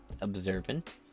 Observant